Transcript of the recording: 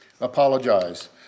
Apologize